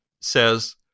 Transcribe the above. says